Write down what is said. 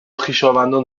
خویشاوندان